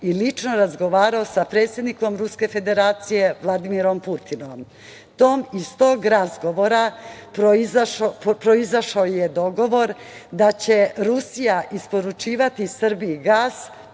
i lično razgovarao sa predsednikom Ruske Federacije, Vladimirom Putinom. Iz tog razgovora proizašao je dogovor da će Rusija isporučivati Srbiji gas